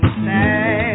sad